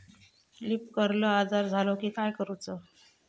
Leaf curl आजार झालो की काय करूच?